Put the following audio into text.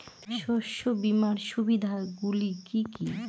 শস্য বীমার সুবিধা গুলি কি কি?